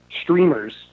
streamers